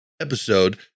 episode